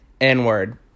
N-word